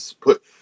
put